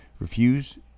Refuse